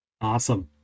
Awesome